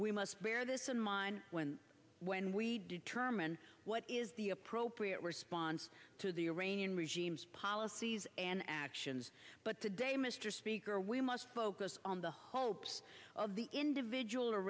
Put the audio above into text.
mind when when we determine what is the appropriate response to the iranian regime's policies and actions but today mr speaker we must focus on the hopes of the individual